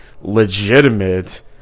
legitimate